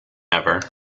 ever